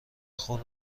خون